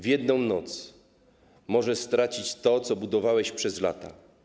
W jedną noc możesz stracić to, co budowałeś przez lata.